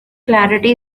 clarity